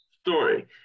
story